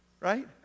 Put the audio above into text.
right